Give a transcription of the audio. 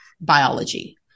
biology